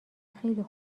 خیلی